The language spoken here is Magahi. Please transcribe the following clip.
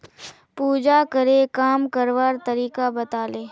पूजाकरे काम करवार तरीका बताले